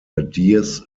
ideas